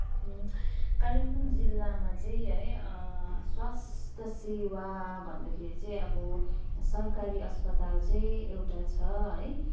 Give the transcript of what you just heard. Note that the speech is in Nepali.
कालिम्पोङ जिल्लामा चाहिँ है स्वास्थ्य सेवा भन्दाखेरि चाहिँ अब सरकारी अस्पताल चाहिँ एउटा छ है